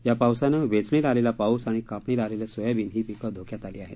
या पावसानं वेचणीला आलेला कापूस आणि कापणीला आलेलं सोयाबीन ही पीकं धोक्यात आली आली आहेत